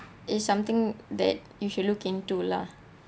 is something that you should look into lah